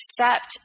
accept